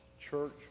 church